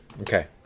okay